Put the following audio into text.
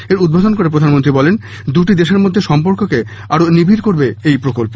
এর উদ্ধোধন করে প্রধানমন্ত্রী বলেন দুটি দেশের মধ্যে সর্ম্পকে আরো নিবিড় করবে এই প্রকল্প